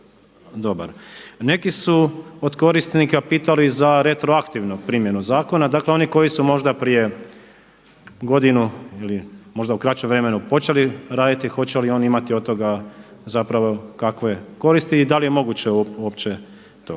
dobar. Neki su od korisnika pitali za retroaktivnu primjenu zakona, dakle oni koji su možda prije godinu ili možda u kraćem vremenu počeli raditi, hoće li oni imati od toga kakve koristi i da li je moguće uopće to.